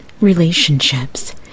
relationships